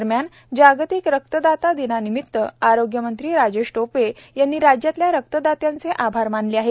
दरम्यान जागतिक रक्तदाता दिनानिमित्त आरोग्यमंत्री राजेश टोपे यांनी राज्यातल्या रक्तदात्यांचे आभार मानले आहेत